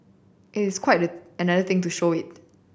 it's quite another thing to show it